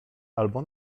albo